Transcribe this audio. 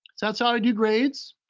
that's how i do grades.